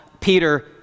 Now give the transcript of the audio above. Peter